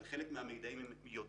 על חלק מהמידעים הם יודעים,